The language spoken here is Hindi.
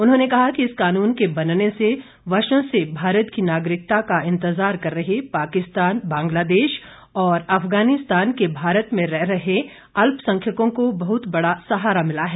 उन्होंने कहा कि इस कानून के बनने से वर्षो से भारत की नागरिकता का इंतजार कर रहे पाकिस्तान बांग्लादेश और अफगानिस्तान के भारत में रह रहे अल्प संख्यकों को बहुत बड़ा सहारा मिला है